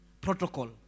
protocol